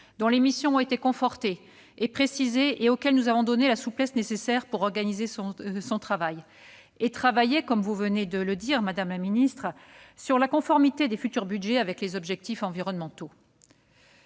dont les missions ont été confortées et précisées, et auquel nous avons donné la souplesse nécessaire pour organiser son travail, notamment, comme vous l'avez dit, madame la ministre, quant à la conformité des futurs budgets avec les objectifs environnementaux.